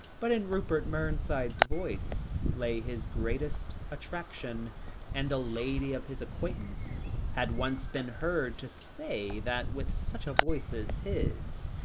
but in rupert mernside's voice lay his greatest attraction and a lady of his acquaintance had once been heard to say that with such a voice as his,